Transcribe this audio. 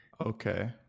Okay